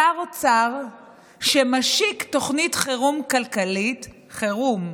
שר אוצר שמשיק תוכנית חירום כלכלית, "חירום",